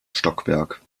stockwerk